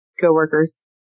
co-workers